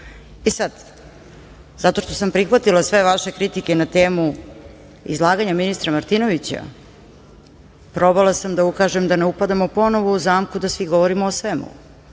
E sad, zato što sam prihvatila sve vaše kritike na temu izlaganja ministra Martinovića, probala sam da ukažem, da ne upadamo ponovo u zamku da svi govorimo o svemu,